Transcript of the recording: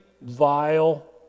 vile